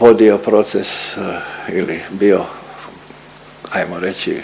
vodio proces ili bio ajmo reći